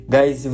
Guys